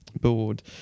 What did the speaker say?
board